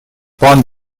пан